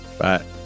Bye